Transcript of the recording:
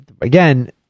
again